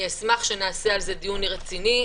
אשמח שנעשה על זה דיון רציני,